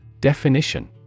Definition